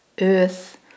earth